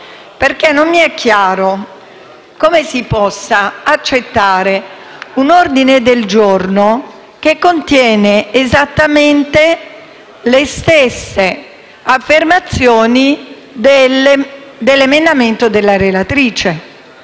perché non mi è chiaro come si possa accettare un ordine del giorno che contiene esattamente le stesse affermazioni dell'emendamento della relatrice,